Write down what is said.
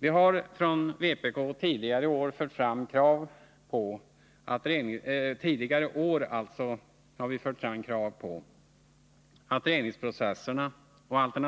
Vi har från vpk tidigare år fört fram krav på att reningsprocesserna och